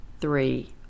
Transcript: three